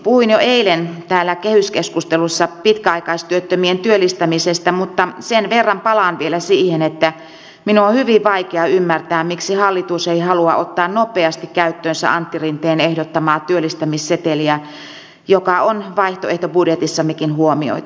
puhuin jo eilen täällä kehyskeskustelussa pitkäaikaistyöttömien työllistämisestä mutta sen verran palaan vielä siihen että minun on hyvin vaikea ymmärtää miksi hallitus ei halua ottaa nopeasti käyttöönsä antti rinteen ehdottamaa työllistämisseteliä joka on vaihtoehtobudjetissammekin huomioitu